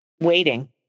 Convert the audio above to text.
waiting